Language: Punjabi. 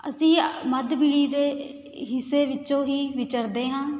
ਅਸੀਂ ਆ ਮੱਧ ਪੀੜ੍ਹੀ ਦੇ ਹਿੱਸੇ ਵਿੱਚੋਂ ਹੀ ਵਿਚਰਦੇ ਹਾਂ